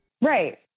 right